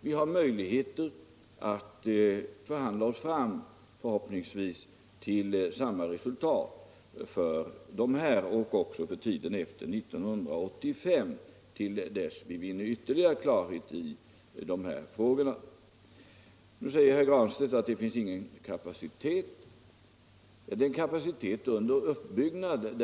vi har möj ligheter att förhandla oss fram — förhoppningsvis — till samma resultat för dessa reaktorer, också för tiden efter 1985, till dess vi vinner ytterligare klarhet i dessa frågor. Herr Granstedt säger att det inte finns någon kapacitet. Det är en kapacitet under uppbyggnad.